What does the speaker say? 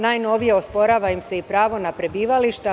Najnovije, osporava im se i pravo na prebivališta.